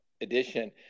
edition